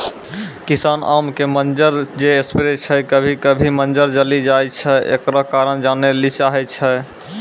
किसान आम के मंजर जे स्प्रे छैय कभी कभी मंजर जली जाय छैय, एकरो कारण जाने ली चाहेय छैय?